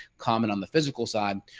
common on the physical side.